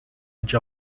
edge